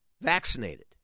vaccinated